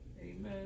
Amen